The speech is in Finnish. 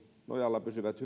nojalla pysyvät